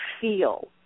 feel